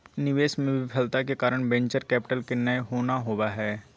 निवेश मे विफलता के कारण वेंचर कैपिटल के नय होना होबा हय